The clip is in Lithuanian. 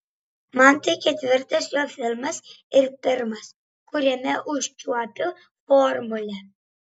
man tai ketvirtas jo filmas ir pirmas kuriame užčiuopiu formulę